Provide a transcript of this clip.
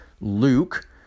Luke